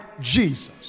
Jesus